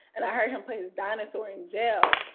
and heard him playing this dinosaur in jail.